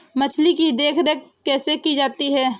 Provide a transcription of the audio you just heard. मछली की देखरेख कैसे की जाती है?